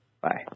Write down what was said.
Bye